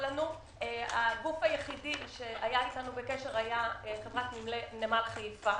הגוף היחיד שהיה אתנו בקשר היה חברת נמל חיפה,